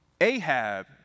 ahab